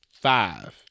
five